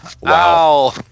Wow